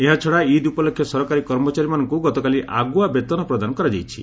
ଏହାଛଡ଼ା ଇଦ୍ ଉପଲକ୍ଷେ ସରକାରୀ କର୍ମଚାରୀମାନଙ୍କୁ ଗତକାଲି ଆଗୁଆ ବେତନ ପ୍ରଦାନ କରାଯାଇଛି